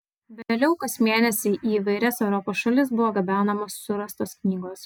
vėliau kas mėnesį į įvairias europos šalis buvo gabenamos surastos knygos